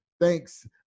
thanks